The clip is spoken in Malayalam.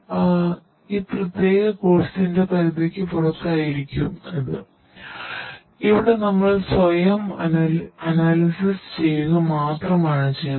അത് ഈ പ്രത്യേക കോഴ്സിന്റെ ചെയ്യുക മാത്രമാണ് ചെയ്യുന്നത്